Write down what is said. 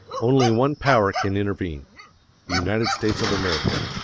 only one power can intervene the united states of america.